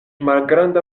malgranda